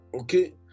Okay